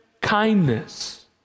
kindness